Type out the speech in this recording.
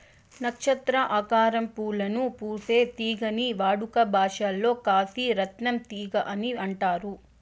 నక్షత్ర ఆకారం పూలను పూసే తీగని వాడుక భాషలో కాశీ రత్నం తీగ అని అంటారు